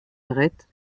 arêtes